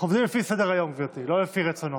אנחנו עובדים לפי סדר-היום, גברתי, לא לפי רצונות.